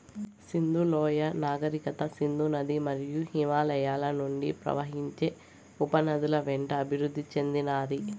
సింధు లోయ నాగరికత సింధు నది మరియు హిమాలయాల నుండి ప్రవహించే ఉపనదుల వెంట అభివృద్ది చెందినాది